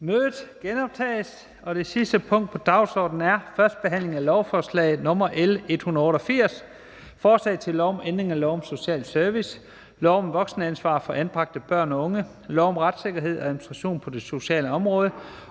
(Kl. 22:30). --- Det sidste punkt på dagsordenen er: 11) 1. behandling af lovforslag nr. L 188: Forslag til lov om ændring af lov om social service, lov om voksenansvar for anbragte børn og unge, lov om retssikkerhed og administration på det sociale område